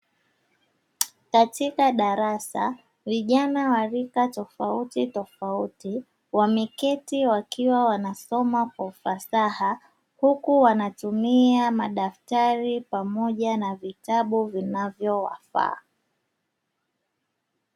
Katika darasa vijana wa rika tofauti mtofauti wameketi wakiwa wanasoma kwa ufasaha, huku wanatumia madaftari pamoja na vitabu vinavyowafaa.